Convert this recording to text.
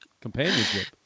companionship